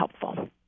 helpful